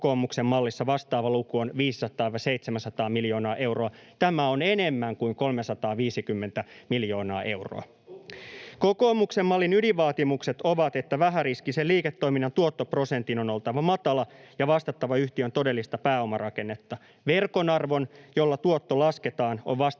kokoomuksen mallissa vastaava luku on 500—700 miljoonaa euroa. Tämä on enemmän kuin 350 miljoonaa euroa. Kokoomuksen mallin ydinvaatimukset ovat, että vähäriskisen liiketoiminnan tuottoprosentin on oltava matala ja vastattava yhtiön todellista pääomarakennetta. Verkon arvon, jolla tuotto lasketaan, on vastattava